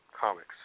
comics